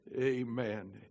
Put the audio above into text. Amen